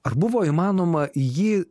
ar buvo įmanoma į jį